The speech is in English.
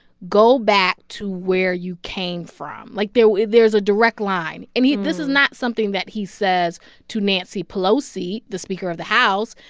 go back to where you came from. like, there's there's a direct line and he this is not something that he says to nancy pelosi, the speaker of the house.